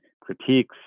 critiques